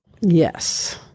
Yes